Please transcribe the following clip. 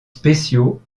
spéciaux